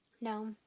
No